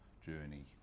journey